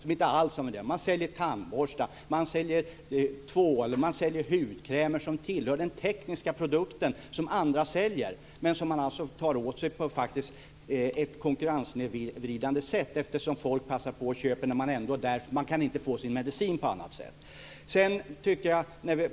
Man säljer tandborstar, man säljer tvål, man säljer hudkrämer som tillhör den tekniska produkt som andra säljer, men man tar åt sig den på ett konkurrenssnedvridande sätt, eftersom människor passar på att köpa detta när de ändå är där, eftersom de inte kan få sin medicin på annat sätt.